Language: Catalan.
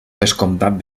vescomtat